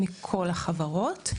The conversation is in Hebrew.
מכל החברות.